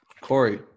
Corey